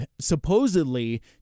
supposedly